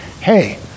hey